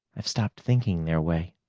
i've stopped thinking their way.